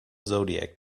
zodiac